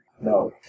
No